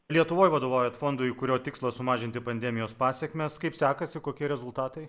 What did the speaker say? lietuvoj vadovaujat fondui kurio tikslas sumažinti pandemijos pasekmes kaip sekasi kokie rezultatai